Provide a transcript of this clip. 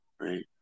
right